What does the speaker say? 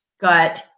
got